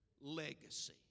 Legacy